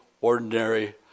ordinary